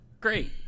Great